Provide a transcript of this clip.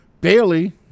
Bailey